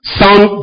sound